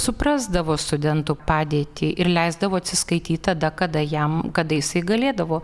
suprasdavo studentų padėtį ir leisdavo atsiskaityt tada kada jam kada jisai galėdavo